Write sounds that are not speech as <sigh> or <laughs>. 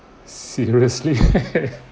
seriously <laughs>